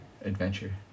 adventure